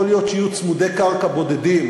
יכול להיות שיהיו צמודי קרקע בודדים,